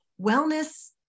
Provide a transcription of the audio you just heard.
wellness